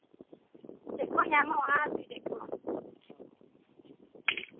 ᱪᱮᱫ ᱠᱚ ᱧᱟᱢᱚᱜᱼᱟ ᱟᱨᱠᱤ ᱪᱮᱫ ᱠᱚ